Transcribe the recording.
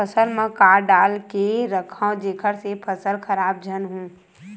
फसल म का डाल के रखव जेखर से फसल खराब झन हो?